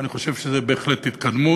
ואני חושב שזו בהחלט התקדמות.